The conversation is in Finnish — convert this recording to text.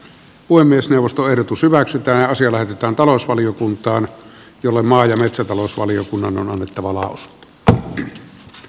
puhemiesneuvosto ehdotus hyväksytään sillä tytön ollut tosi tasokasta ja metsätalousvaliokunnan on yhtä vuolaus to a